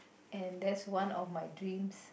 and that's one of my dreams